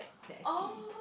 that s_p